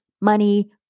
money